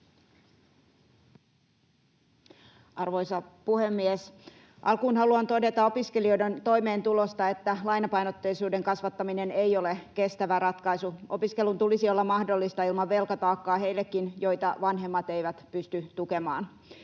Arvoisa puhemies! Alkuun haluan todeta opiskelijoiden toimeentulosta, että lainapainotteisuuden kasvattaminen ei ole kestävä ratkaisu. Opiskelun tulisi olla mahdollista ilman velkataakkaa heillekin, joita vanhemmat eivät pysty tukemaan.